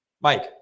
Mike